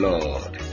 Lord